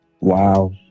Wow